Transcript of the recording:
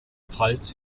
pfalz